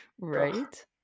Right